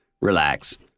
Relax